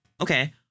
Okay